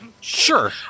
Sure